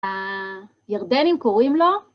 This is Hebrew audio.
הירדנים קוראים לו?